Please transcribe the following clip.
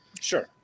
Sure